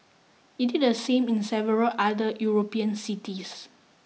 it did the same in several other European cities